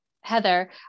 heather